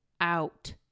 out